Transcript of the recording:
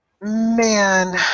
Man